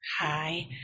Hi